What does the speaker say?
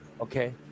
okay